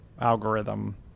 algorithm